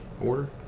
Order